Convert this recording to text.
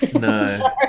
No